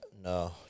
no